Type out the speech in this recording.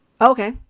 Okay